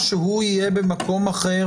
בשלב הזה של החקיקה אני עוד לא רוצה לקבוע מסמרות